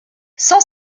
sans